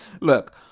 Look